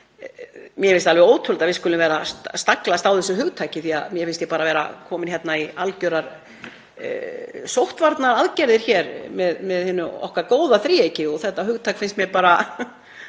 þá finnst mér alveg ótrúlegt að við skulum vera að staglast á þessu hugtaki því að mér finnst ég bara vera komin í algjörar sóttvarnaaðgerðir með okkar góða þríeyki og þetta hugtak finnst mér núna